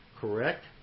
correct